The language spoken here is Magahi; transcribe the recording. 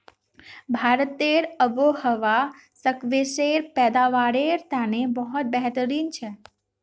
भारतेर आबोहवा स्क्वैशेर पैदावारेर तने बहुत बेहतरीन छेक